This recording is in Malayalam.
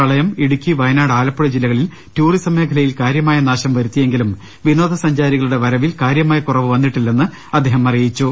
പ്രളയം ഇടുക്കി വയനാട് ആലപ്പുഴ ജില്ലകളിൽ ടൂറിസം മേഖലയിൽ കാര്യമായ നാശം വരുത്തിയെങ്കിലും വിനോദ സഞ്ചാരികളുടെ വരവിൽ കാ ര്യമായ കുറവ് വന്നിട്ടില്ലെന്നും അദ്ദേഹം അറിയിച്ചു